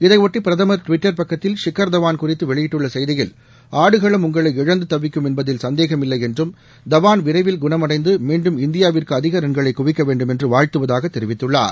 இதையொட்டி பிரதமர் டுவிட்டர் பக்கத்தில் ஷிக்கர் தவான் குறித்து வெளியிட்டுள்ள செய்தியில் ஆடுகளம் உங்களை இழந்து தவிக்கும் என்பதில் சந்தேகமில்லை என்றும் தவான் விளரவில் குணமடைந்து மீண்டும் இந்தியாவிற்கு அதிக ரன்களை குவிக்க வேண்டும் என்று வாழ்த்துவதாக தெரிவித்துள்ளார்